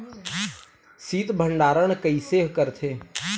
शीत भंडारण कइसे करथे?